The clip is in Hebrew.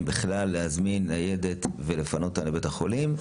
האם בכלל להזמין ניידת ולפנות אותם לבית החולים,